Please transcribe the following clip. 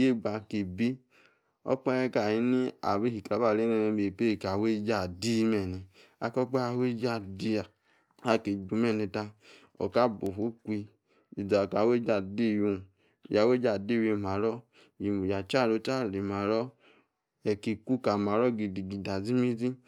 yegba tie bi, okpahe, ta ahom-ni abi shikreh, aba, rey ne-ebebeh, ka awey-esie adi mene akor okpahe awey esie adi, aki ju beneta, oka, bufua ikwi, izi-za ta awey-esie adi-iwu, yah awey ejie adi-iwi marb ya-charu odie, arie, maro, eki ku-kali maro-gidigidi azi, mezi.